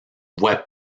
voie